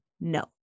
No